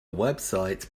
website